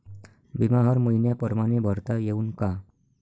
बिमा हर मइन्या परमाने भरता येऊन का?